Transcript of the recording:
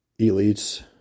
elites